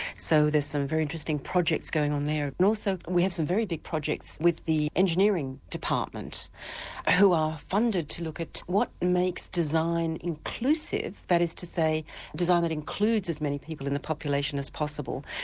so there're some very interesting projects going on there. also we have some very big projects with the engineering department who are funded to look at what makes design inclusive, that is to say design that includes as many people in the population as possible,